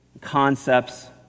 concepts